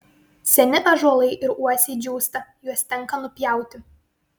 seni ąžuolai ir uosiai džiūsta juos tenka nupjauti